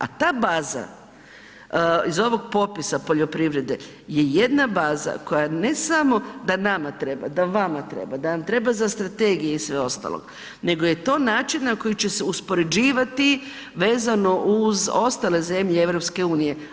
A ta baza iz ovog popisa poljoprivrede je jedna baza, koja ne samo da nama treba, da vama treba, da vam treba za strategije i sve ostalo, nego je to način na koji će se uspoređivati vezano uz ostale zemlje EU.